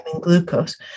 glucose